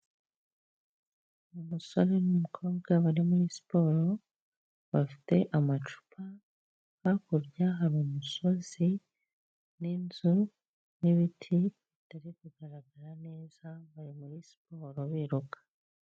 Umusore n'umukobwa bari muri siporo, bafite amacupa, hakurya hari umusozi n'inzu n'ibiti bitari kugaragara neza, bari muri siporo biruka.